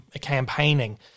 campaigning